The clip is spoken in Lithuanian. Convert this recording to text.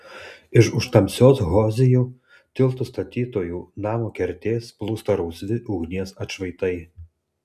iš už tamsios hozijų tiltų statytojų namo kertės plūsta rausvi ugnies atšvaitai